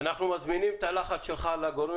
אנחנו מזמינים את הלחץ שלך על הגורמים